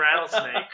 rattlesnake